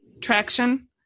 traction